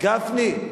גפני,